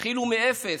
התחילו מאפס,